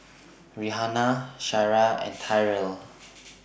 Rhianna Sariah and Tyrell